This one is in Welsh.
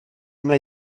mai